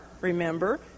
remember